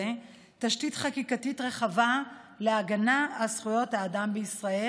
תשתית חקיקתית רחבה להגנה על זכויות האדם בישראל.